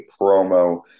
promo